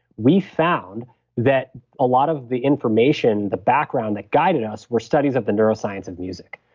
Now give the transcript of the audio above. we found that a lot of the information the background that guided us were studies of the neuroscience of music.